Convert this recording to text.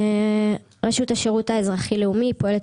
רשות השירות האזרחי לאומי פועלת